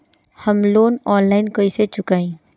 हम loan online कइसे चुकाई?